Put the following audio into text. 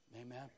Amen